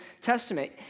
Testament